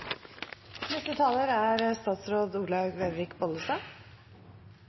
Neste taler er Geir Pollestad, deretter Olav – nei, Olaug Bollestad.